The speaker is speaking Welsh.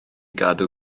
gadw